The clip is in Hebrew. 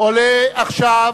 עולה עכשיו